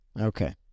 Okay